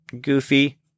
goofy